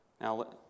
Now